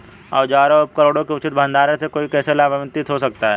औजारों और उपकरणों के उचित भंडारण से कोई कैसे लाभान्वित हो सकता है?